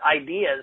ideas